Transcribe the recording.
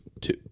Two